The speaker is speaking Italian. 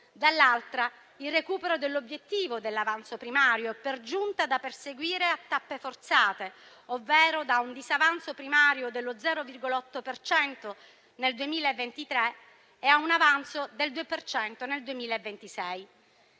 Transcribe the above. dall'altra, il recupero dell'obiettivo dell'avanzo primario, per giunta da perseguire a tappe forzate, ovvero da un disavanzo primario dello 0,8 per cento nel 2023 e a un avanzo del 2 per cento